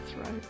right